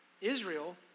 Israel